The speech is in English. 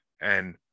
and-